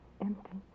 empty